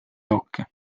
jooke